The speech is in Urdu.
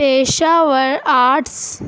پیشہ ور آرٹس